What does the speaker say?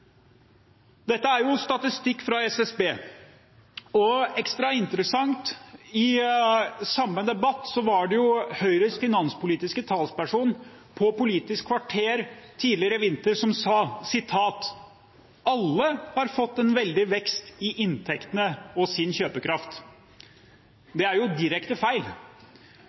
Dette er statistikk fra SSB. Ekstra interessant er det at i en debatt på Politisk kvarter tidligere i vinter sa Høyres finanspolitiske talsperson at alle har fått en veldig vekst i sin inntekt og kjøpekraft. Det er direkte feil,